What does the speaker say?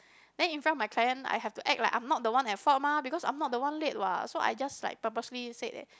then in front of my client I have to act like I'm not the one at fault mah because I'm not the one late what so I just purposely said that